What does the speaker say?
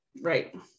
right